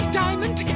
diamond